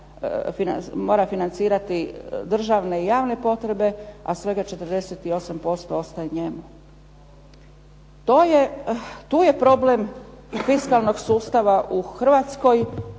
mora financirati državne i javne potrebe, a svega 48% ostaje njemu. To je, tu je problem fiskalnog sustava u Hrvatskoj,